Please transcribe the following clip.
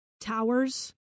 towers